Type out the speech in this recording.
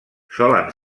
solen